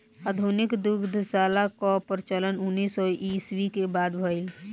आधुनिक दुग्धशाला कअ प्रचलन उन्नीस सौ ईस्वी के बाद भइल